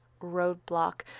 roadblock